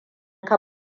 ka